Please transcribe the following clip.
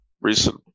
recent